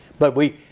but we,